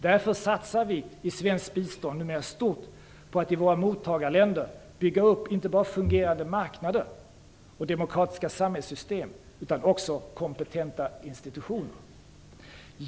Därför satsar vi i svenskt bistånd numera stort på att i våra mottagarländer bygga upp inte bara fungerande marknader och demokratiska samhällssystem utan också kompetenta institutioner.